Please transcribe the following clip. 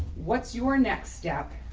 what's your next step?